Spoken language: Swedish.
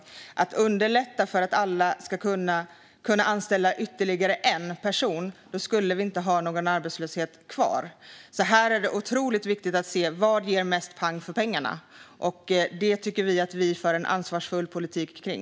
Om vi kunde underlätta för alla företag att anställa ytterligare en person, då skulle vi inte ha någon arbetslöshet kvar. Här är det alltså otroligt viktigt att se vad som ger mest pang för pengarna. Det tycker vi att vi för en ansvarsfull politik kring.